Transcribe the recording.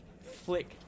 flick